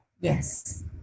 Yes